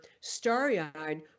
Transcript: starry-eyed